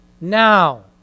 Now